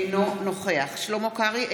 אינו נוכח שלמה קרעי,